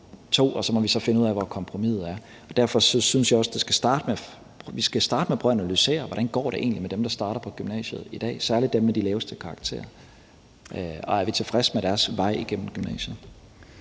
og så må vi finde ud af, hvor kompromiset er. Derfor synes jeg også, vi skal starte med at prøve at analysere: Hvordan går det egentlig med dem, der starter på gymnasiet i dag, særlig dem med de laveste karakterer? Og er vi tilfredse med deres vej igennem gymnasiet?